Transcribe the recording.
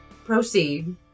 Proceed